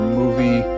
movie